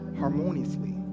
harmoniously